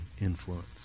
influence